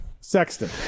Sexton